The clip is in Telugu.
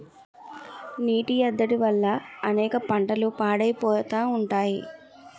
నీటి ఎద్దడి వల్ల అనేక పంటలు పాడైపోతా ఉంటాయి